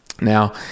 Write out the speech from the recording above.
Now